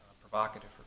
provocative